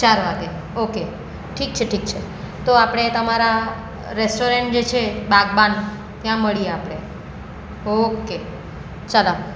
ચાર વાગ્યે ઓકે ઠીક છે ઠીક છે તો આપણે તમારા રેસ્ટોરન્ટ જે છે બાગબાન ત્યાં મળીએ આપણે ઓકે ચાલો